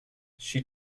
she